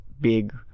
big